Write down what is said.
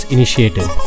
Initiative